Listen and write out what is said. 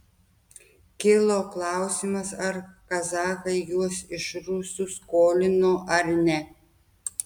kilo klausimas ar kazachai juos iš rusų skolino ar ne